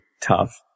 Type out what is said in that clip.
tough